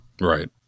Right